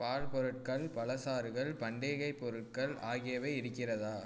பால் பொருட்கள் பழச்சாறுகள் பண்டிகைப் பொருட்கள் ஆகியவை இருக்கிறதா